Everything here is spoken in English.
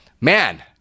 Man